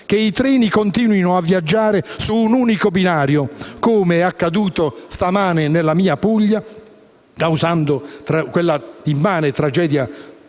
che i treni continuino a viaggiare su un unico binario, come è accaduto questa mattina nella mia Puglia, causando l'immane tragedia